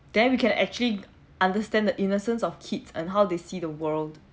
then you can actually understand the innocence of kids and how they see the world